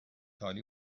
عالی